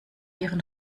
ihren